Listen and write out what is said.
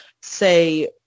say